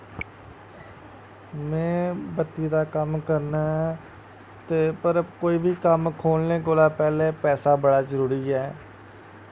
में बत्ती दा कम्म करना ते पर कोई बी कम्म खोलने कोला पैह्लें पैसा बड़ा जरूरी ऐ